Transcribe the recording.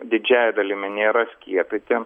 didžiąja dalimi nėra skiepyti